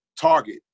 target